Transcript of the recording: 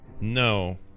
No